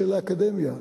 של האקדמיה,